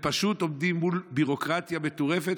והם פשוט עומדים מול ביורוקרטיה מטורפת,